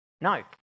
no